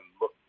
look